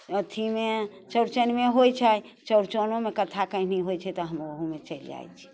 अथीमे चौरचनमे होइत छै चौरचनोमे कथा कहानी होइत छै तऽ ओहोमे हम चलि जाइत छी